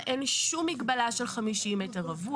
אין שום מגבלה של 50 מ"ר,